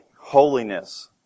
Holiness